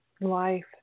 life